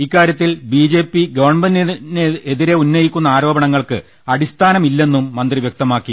ഇക്കാര്യത്തിൽ ബിജെപി ഗവൺമെന്റിനെതിരെ ഉന്നയിക്കുന്ന ആരോപണങ്ങൾക്ക് അടിസ്ഥാനമി ല്ലെന്നും മന്ത്രി വൃക്തമാക്കി